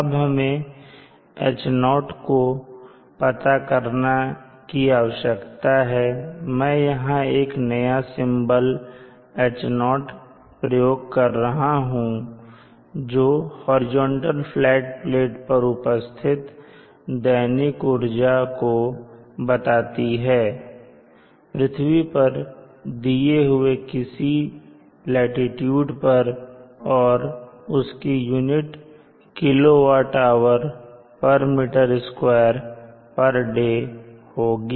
अब हमें H0 को पता करने की आवश्यकता है मैं यहां एक नया सिंबल H0 प्रयोग कर रहा हूं जो हॉरिजॉन्टल फ्लैट प्लेट पर उपस्थित दैनिक उर्जा को बताती है पृथ्वी पर दिए हुए किसी लाटीट्यूड पर और इसकी यूनिट kWhm2 day होगी